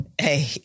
Hey